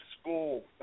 school